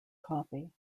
coffee